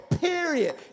period